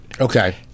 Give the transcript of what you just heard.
Okay